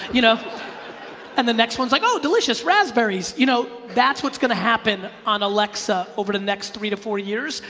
you know and the next one's like oh delicious, raspberries. you know that's what's gonna happen on alexa over the next three to four years,